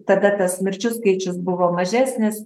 tada tas mirčių skaičius buvo mažesnis